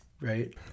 Right